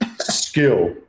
Skill